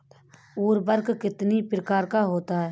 उर्वरक कितनी प्रकार के होता हैं?